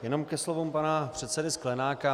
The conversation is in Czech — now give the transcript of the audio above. Jenom ke slovům pana předsedy Sklenáka.